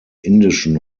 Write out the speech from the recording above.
indischen